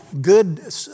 Good